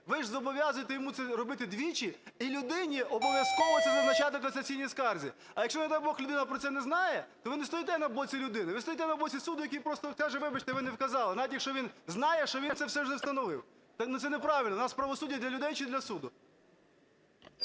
Ви зобов'язуєте йому це робити двічі. І людині обов'язково це зазначати в касаційній скарзі. А якщо, не дай Бог, людина про це не знає, то ви не стоїте на боці людини, ви стоїте на боці суду, який просто каже: вибачте, ви не вказали. Навіть, якщо він знає, що він це все вже встановив. Це неправильно. У нас правосуддя для людей чи для суду?